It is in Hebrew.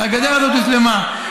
הגדר הזאת הושלמה.